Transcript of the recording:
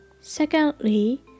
Secondly